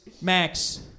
Max